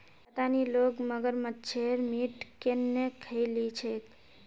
पता नी लोग मगरमच्छेर मीट केन न खइ ली छेक